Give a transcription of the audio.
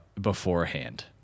beforehand